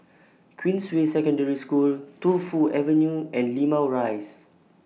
Queensway Secondary School Tu Fu Avenue and Limau Rise